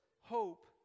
hope